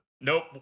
Nope